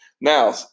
Now